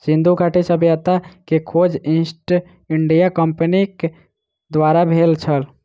सिंधु घाटी सभ्यता के खोज ईस्ट इंडिया कंपनीक द्वारा भेल छल